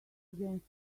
against